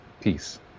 peace